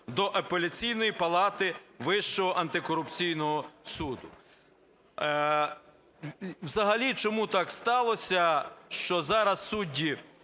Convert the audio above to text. до Апеляційної палати Вищого антикорупційного суду". Взагалі чому так сталося, що зараз судді